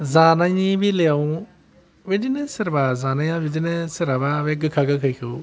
जानायनि बेलायाव बिदिनो सोरबा जानायाव सोरहाबा बे गोखा गोखैखौ